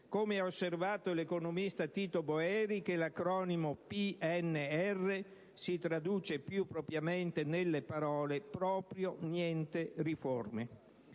come ha osservato l'economista Tito Boeri, che l'acronimo PNR si traduce più propriamente nelle parole «proprio niente riforme».